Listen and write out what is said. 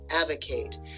advocate